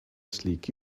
sleek